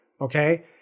okay